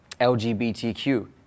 LGBTQ